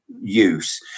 use